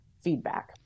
feedback